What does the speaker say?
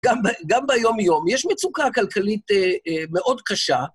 גם ביום-יום, יש מצוקה כלכלית מאוד קשה.